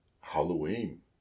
Halloween